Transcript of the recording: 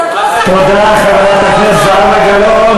זאת לא, תודה, חברת הכנסת זהבה גלאון.